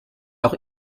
auch